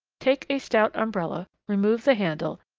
take a stout umbrella, remove the handle,